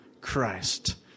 Christ